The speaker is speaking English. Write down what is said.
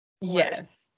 Yes